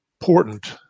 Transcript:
important